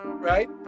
Right